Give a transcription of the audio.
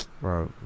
Bro